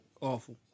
awful